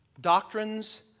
doctrines